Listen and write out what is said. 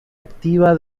activa